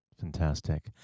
Fantastic